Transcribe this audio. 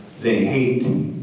they hate. and